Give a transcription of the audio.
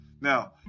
now